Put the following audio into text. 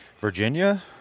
Virginia